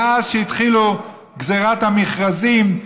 מאז שהתחילה גזרת המכרזים,